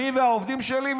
אני והעובדים שלי.